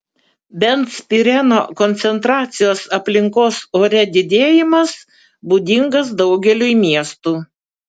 benzpireno koncentracijos aplinkos ore didėjimas būdingas daugeliui miestų